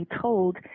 told